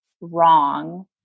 wrong